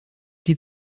die